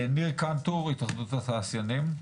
ניר קנטור, התאחדות התעשיינים.